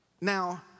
Now